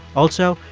also,